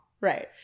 Right